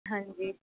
ਹਾਂਜੀ